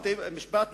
בתי-המשפט,